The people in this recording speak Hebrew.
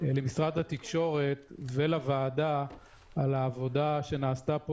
למשרד התקשורת ולוועדה על העבודה שנעשתה פה.